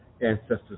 ancestors